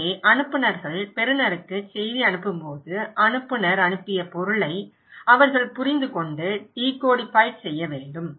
எனவே அனுப்புநர்கள் பெறுநருக்கு செய்தி அனுப்பும்போது அனுப்புநர் அனுப்பிய பொருளை அவர்கள் புரிந்துகொண்டு டிகோடிஃபைட் செய்ய வேண்டும்